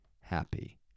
happy